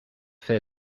fait